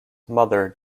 mother